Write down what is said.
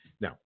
Now